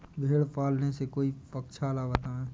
भेड़े पालने से कोई पक्षाला बताएं?